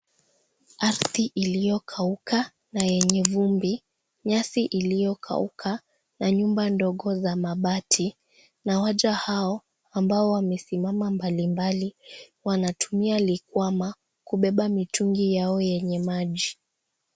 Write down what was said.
Ardhi iliyokauka na yenye vumbi, nyasi iliyokauka na nyumba ndogo za mabati, na waja hao ambao wamesimama mbalimbali, wanatumia leg warmer kubeba mitungi yao yenye maji.